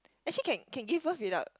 actually can can give birth without